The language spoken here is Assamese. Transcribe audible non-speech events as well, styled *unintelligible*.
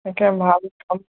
একে ভাল *unintelligible*